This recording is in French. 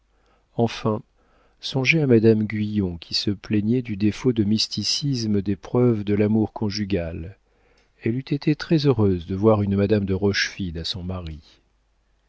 enfin songez à madame guyon qui se plaignait du défaut de mysticisme des preuves de l'amour conjugal elle eût été très-heureuse de voir une madame de rochefide à son mari